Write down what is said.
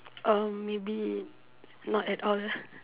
uh maybe not at all